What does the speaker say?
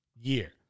year